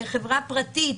שהיא חברה פרטית,